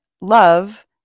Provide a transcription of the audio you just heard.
love